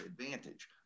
advantage